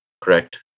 correct